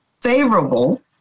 favorable